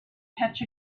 catch